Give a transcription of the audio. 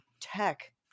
tech